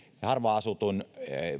harvaan asutun